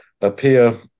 appear